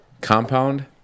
compound